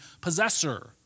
possessor